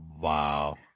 Wow